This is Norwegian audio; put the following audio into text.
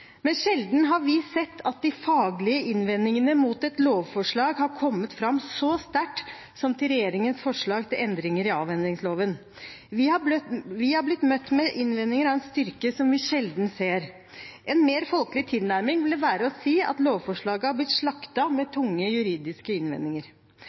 Men sjelden har vi sett at de faglige innvendingene mot et lovforslag har kommet fram så sterkt som til regjeringens forslag til endringer i avhendingsloven. Vi har blitt møtt med innvendinger av en styrke som vi sjelden ser. En mer folkelig tilnærming ville være å si at lovforslaget har blitt slaktet, med